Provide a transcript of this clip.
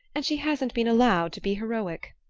and she hasn't been allowed to be heroic.